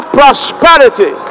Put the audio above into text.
prosperity